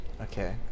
Okay